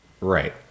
Right